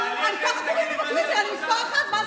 ככה קוראים לי בטוויטר, אני מס' אחת בטוויטר.